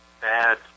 bad